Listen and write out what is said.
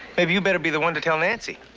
maybe you'd better be the one to tell nancy.